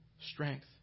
strength